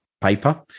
paper